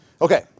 Okay